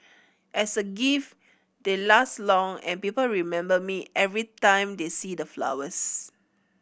as a gift they last long and people remember me every time they see the flowers